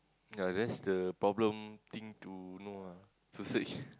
ya that's the problem thing to know ah to search